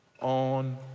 on